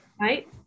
right